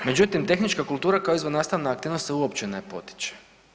Međutim, tehnička kultura kao izvannastavna aktivnost se uopće ne potiče.